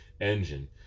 engine